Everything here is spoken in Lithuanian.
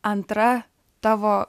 antra tavo